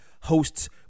hosts